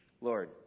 Lord